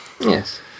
Yes